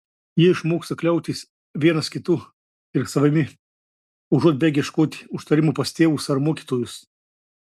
jie išmoksta kliautis vienas kitu ir savimi užuot bėgę ieškoti užtarimo pas tėvus ar mokytojus